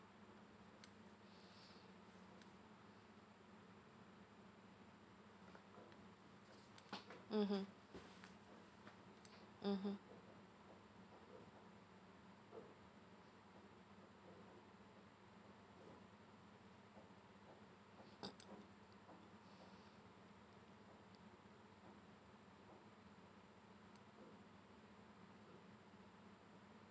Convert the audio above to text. mmhmm mmhmm